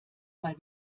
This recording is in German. mal